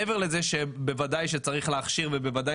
מעבר לזה שבוודאי שצריך להכשיר ובוודאי